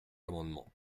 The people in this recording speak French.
amendement